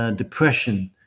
and depression,